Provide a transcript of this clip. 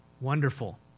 Wonderful